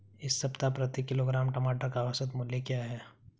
इस सप्ताह प्रति किलोग्राम टमाटर का औसत मूल्य क्या है?